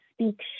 Speak